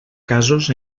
casos